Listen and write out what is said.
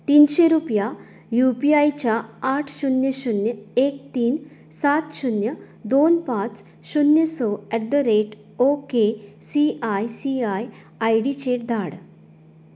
तिनशें रूपया U P I च्या आठ शुन्य शुन्य एक तीन सात शून्य दोन पांच शून्य स at the rate O K C I C I I D चेर धाड